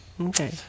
Okay